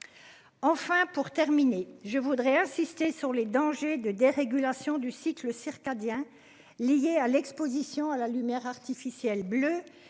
Enfin pour terminer, je voudrais insister sur les dangers de dérégulation du cycle circadien liés à l'Exposition à la lumière artificielle bleu